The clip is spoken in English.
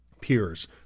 peers